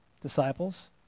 disciples